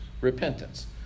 Repentance